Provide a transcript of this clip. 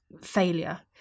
failure